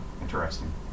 Interesting